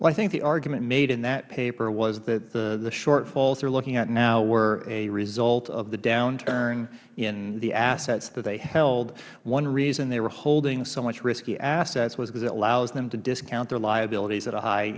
i think the argument made in that paper was that the shortfalls we are looking at now were a result of the downturn in the assets that they held one reason they were holding so much risky assets was because it allows them to discount their liabilities at a high